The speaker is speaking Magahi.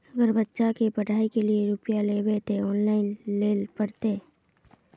अगर बच्चा के पढ़ाई के लिये रुपया लेबे ते ऑनलाइन लेल पड़ते?